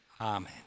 Amen